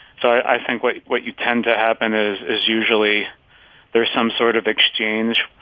so i think what you what you tend to happen is is usually there's some sort of exchange,